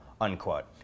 unquote